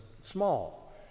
small